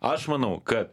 aš manau kad